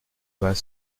vingt